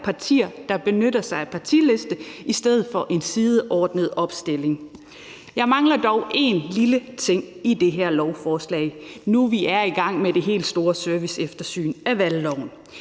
partier, der benytter sig af partiliste i stedet for en sideordnet opstilling. Jeg mangler dog én lille ting i det her lovforslag, nu vi er i gang med det helt store serviceeftersyn af valgloven,